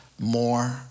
more